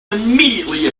immediately